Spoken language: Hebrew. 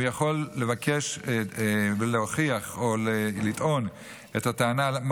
הוא יכול לבקש ולהוכיח או לטעון את הטענה מה